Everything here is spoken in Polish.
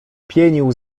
pienił